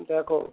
দেখো